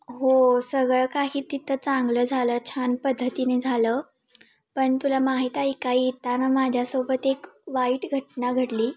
हो सगळं काही तिथं चांगलं झालं छान पद्धतीने झालं पण तुला माहीत आहे का माझ्यासोबत एक वाईट घटना घडली